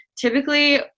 typically